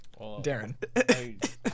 Darren